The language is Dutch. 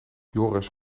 joris